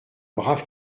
brave